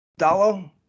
Dalo